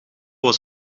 was